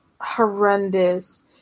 horrendous